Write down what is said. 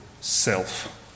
self